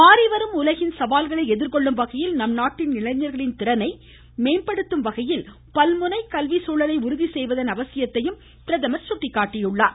மாறிவரும் உலகின் சவால்களை எதிர்கொள்ளும் வகையில் நம்நாட்டின் இளைஞர்களின் திறனை மேம்படுத்தும் வகையில் பல்முனை கல்விசூழலை உறுதி செய்வதன் அவசியத்தையும் அவர் சுட்டிக்காட்டினார்